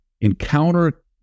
encounter